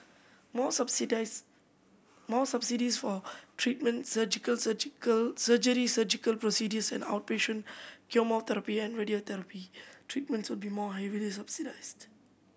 more more subsidies for treatment surgical surgical surgery surgical procedures and outpatient chemotherapy and radiotherapy treatments will be more heavily subsidized